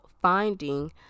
finding